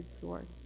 sword